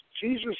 Jesus